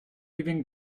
even